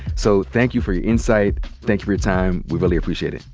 so thank you for your insight. thank you for your time. we really appreciate it.